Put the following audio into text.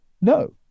no